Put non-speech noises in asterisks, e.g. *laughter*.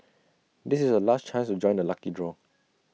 *noise* this is your last chance to join the lucky draw